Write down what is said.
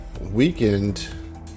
weekend